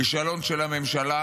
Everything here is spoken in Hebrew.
כישלון של הממשלה